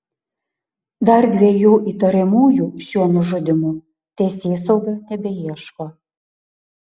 dar dviejų įtariamųjų šiuo nužudymu teisėsauga tebeieško